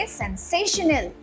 sensational